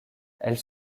elles